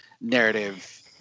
narrative